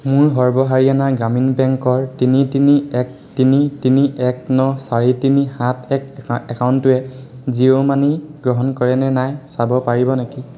মোৰ সৰ্ব হাৰিয়ানা গ্ৰামীণ বেংকৰ তিনি তিনি এক তিনি তিনি এক ন চাৰি তিনি সাত এক সাত একাউণ্টটোৱে জিঅ' মানি গ্ৰহণ কৰেনে নাই চাব পাৰিব নেকি